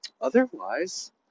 Otherwise